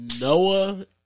Noah